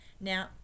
now